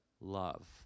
love